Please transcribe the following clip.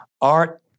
art